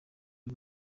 y’u